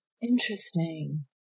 Interesting